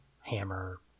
hammer